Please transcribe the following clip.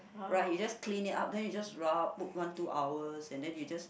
right you just clean it up then you just rub put one two hours and then you just